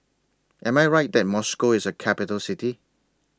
Am I Right that Moscow IS A Capital City